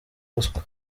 ruswa